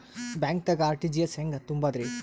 ಬ್ಯಾಂಕ್ದಾಗ ಆರ್.ಟಿ.ಜಿ.ಎಸ್ ಹೆಂಗ್ ತುಂಬಧ್ರಿ?